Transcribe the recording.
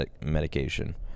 medication